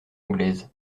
anglaise